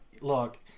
look